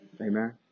amen